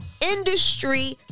industry